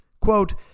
Quote